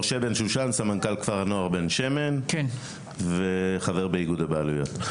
אני סמנכ"ל כפר הנוער בן שמן וחבר באיגוד הבעלויות.